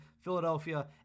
Philadelphia